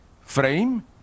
frame